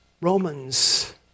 Romans